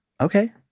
Okay